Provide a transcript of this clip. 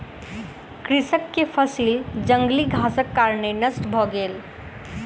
कृषक के फसिल जंगली घासक कारणेँ नष्ट भ गेल